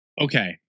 Okay